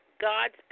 God's